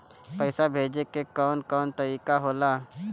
पइसा भेजे के कौन कोन तरीका होला?